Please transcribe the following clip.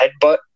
headbutt